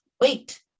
wait